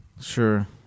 Sure